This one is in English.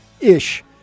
ish